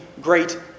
great